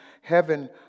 heaven